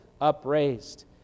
upraised